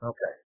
Okay